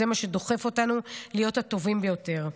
זה מה שדוחף אותנו להיות הטובים ביותר.